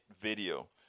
video